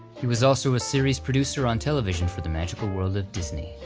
he was also a series producer on television for the magical world of disney.